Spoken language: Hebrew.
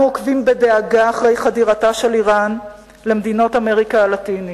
אנחנו עוקבים בדאגה אחר חדירתה של אירן למדינות דרום אמריקה הלטינית.